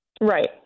Right